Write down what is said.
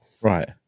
right